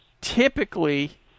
Typically